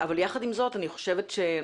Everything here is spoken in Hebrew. אבל יחד עם זאת אני חושבת שהסוגיה